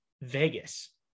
Vegas